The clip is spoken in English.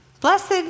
blessed